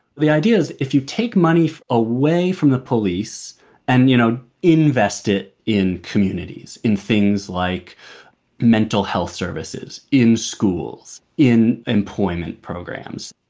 the idea is if you take money away from the police and, you know, invest it in communities, in things like mental health services, in schools, in employment programs.